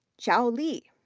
xiahao li,